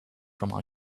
from